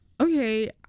okay